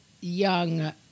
young